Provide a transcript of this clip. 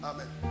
Amen